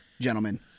gentlemen